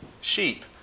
sheep